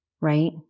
Right